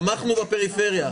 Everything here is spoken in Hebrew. כדי שיגידו, תמכנו בפריפריה.